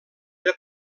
era